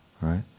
right